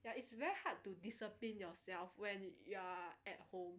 ya it's very hard to discipline yourself when you're at home